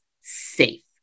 safe